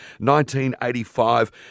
1985